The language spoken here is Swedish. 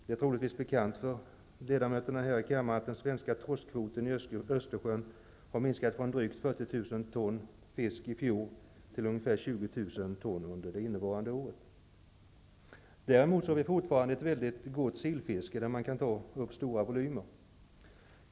Det är troligtvis bekant för ledamöterna här i kammaren att den svenska torskkvoten i Östersjön har minskat från drygt 40 000 ton fisk i fjol till ungefär 20 000 ton under innevarande år. Däremot har vi fortfarande ett mycket gott sillfiske, där man kan ta upp stora volymer.